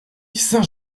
saint